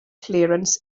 clearance